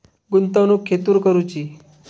गुंतवणुक खेतुर करूची?